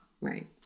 Right